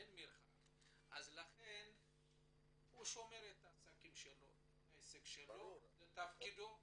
לכן הוא שומר את העסק שלו, זה תפקידו.